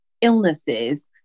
illnesses